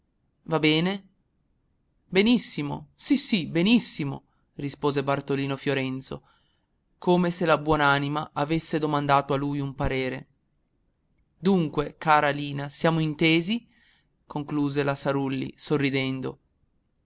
va bene benissimo sì sì benissimo rispose bartolino fiorenzo come se la buon'anima avesse domandato a lui un parere dunque cara lina siamo intesi concluse la sarulli sorridendo